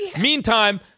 Meantime